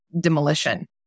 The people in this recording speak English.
demolition